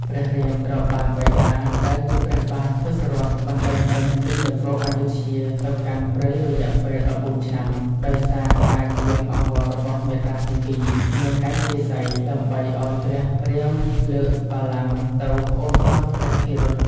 ព្រះរាមត្រូវបានបិតា ដែលជាព្រះបាទទសរថ បណ្ដេញចេញពីនគរអយុធ្យាទៅកាន់ព្រៃរយៈពេល ១៤ ឆ្នាំ ដោយសារការយាងអង្វររបស់មាតាទីពីរ នាងកៃកេសី ដើម្បីឲ្យព្រះរាមលើកបល្ល័ង្កទៅប្អូនប្រុសព្រះភិរុត ។